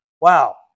Wow